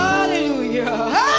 Hallelujah